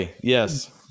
yes